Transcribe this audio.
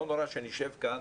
לא נורא שנשב כאן